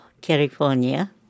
California